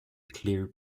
clear